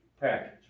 Package